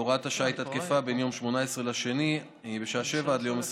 הוראת השעה הייתה תקפה בין 18 בפברואר בשעה 07:00 ועד 21